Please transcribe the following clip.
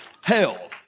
Hell